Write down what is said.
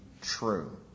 true